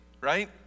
right